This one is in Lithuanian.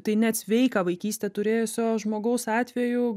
tai net sveiką vaikystę turėjusio žmogaus atveju